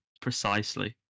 precisely